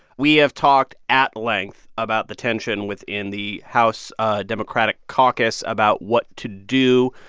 we have talked at length about the tension within the house democratic caucus about what to do.